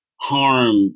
harm